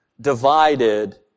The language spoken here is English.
divided